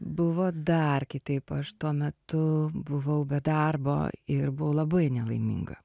buvo dar kitaip aš tuo metu buvau be darbo ir buvau labai nelaiminga